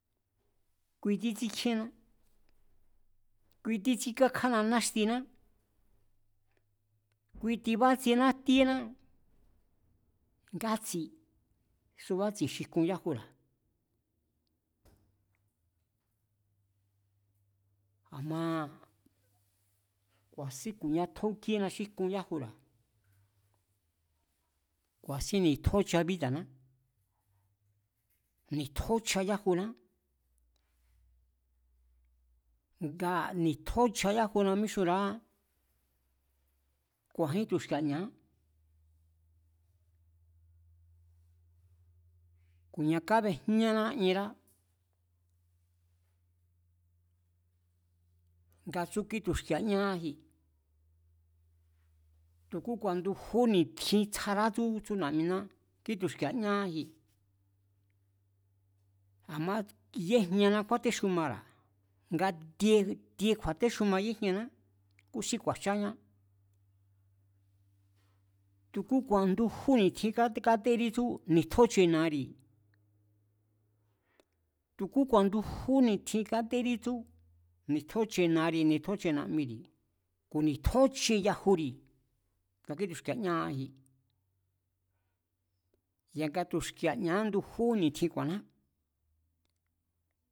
Kui títsíkakjána náxtiná, kui tibátsiená jtíéná, ngátsi, subátsi̱e̱ xi jkun yájura̱. A̱ma ku̱a̱sín ku̱nia tjókíéna xí jkun yájura̱, ku̱a̱sín ni̱tjóchaa bída̱ná, ni̱tjóchaa yájuná, ngaa̱ ni̱tjóchaa yajuna míxúnra̱á, ku̱a̱njín tu̱xki̱e̱a̱ ña̱a ku̱nia kábejñáná ienrá, nga tsú kítuki̱e̱a ñáíji̱, tu̱kúku̱a̱n ndujú ni̱tjintsjará tsú, tsú na̱'miná, kítu̱xki̱e̱a̱ ñáíji, a̱ma yéjñana kjúátexumara̱, nga tie kju̱a̱téxuma yéjñaná kúsín ku̱a̱jcháñá, tu̱kúku̱a̱n ndujú ni̱tjin katérí tsú, ni̱tjóche na̱ari̱, tu̱kúku̱a̱n ndujú ni̱tin kátérí tsú, ni̱tjóche na̱ari̱, ni̱tjóche na̱'miri̱, ku̱ ni̱tjóche yajuri̱ nga kítu̱xki̱e̱a̱ ñáíji ya̱nga tu̱xki̱e̱a̱ ña̱á ndujú ni̱tjin ku̱a̱nná